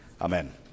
Amen